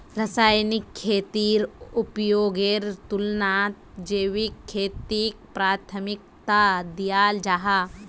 रासायनिक खेतीर उपयोगेर तुलनात जैविक खेतीक प्राथमिकता दियाल जाहा